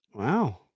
Wow